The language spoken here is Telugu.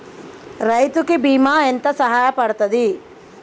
రైతు కి బీమా ఎంత సాయపడ్తది?